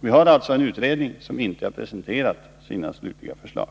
Vi har alltså en utredning som ännu inte har presenterat sina förslag.